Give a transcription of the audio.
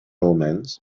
omens